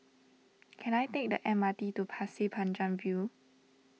can I take the M R T to Pasir Panjang View